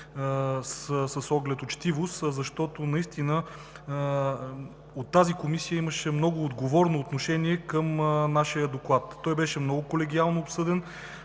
с оглед на учтивост, а защото наистина от тази комисия имаше много отговорно отношение към нашия доклад. Той беше много колегиално обсъден,